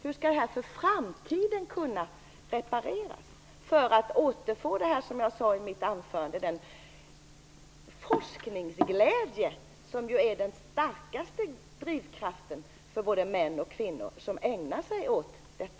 Hur skall det här kunna repareras för framtiden så att vi kan återfå det som jag nämnde i mitt anförande, nämligen den forskningsglädje som är den starkaste drivkraften för de män och kvinnor som ägnar sig åt detta?